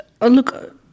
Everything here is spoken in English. Look